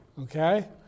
okay